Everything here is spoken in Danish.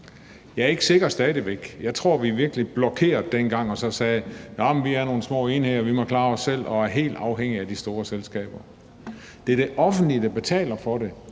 væk ikke sikker. Jeg tror virkelig, vi blokerede dengang og sagde, at vi er nogle små enheder, at vi må klare os selv, og at vi er helt afhængige af de store selskaber. Det er det offentlige, der betaler for det,